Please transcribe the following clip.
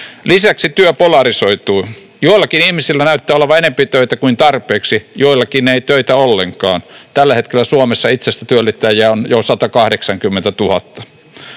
Lisäksi työ polarisoituu: joillakin ihmisillä näyttää olevan enempi töitä kuin tarpeeksi, joillakin ei töitä ollenkaan. Tällä hetkellä Suomessa itsensätyöllistäjiä on jo 180 000.